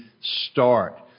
start